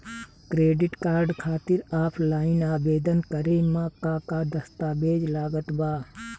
Credit card खातिर offline आवेदन करे म का का दस्तवेज लागत बा?